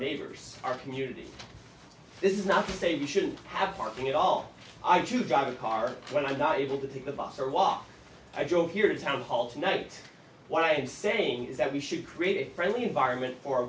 behaviors our community this is not to say we shouldn't have parking at all i have to drive a car when i'm not able to take the bus or walk i drove here to town hall tonight what i am saying is that we should create a friendly environment for